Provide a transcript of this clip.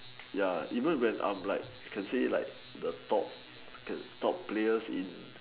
ya even when I'm like can say like the top top players in